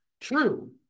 true